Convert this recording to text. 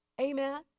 Amen